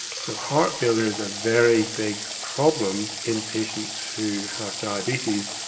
so heart failure is a very big problem in patients who have diabetes,